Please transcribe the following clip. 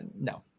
no